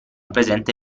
presente